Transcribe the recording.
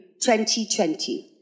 2020